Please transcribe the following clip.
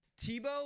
tebow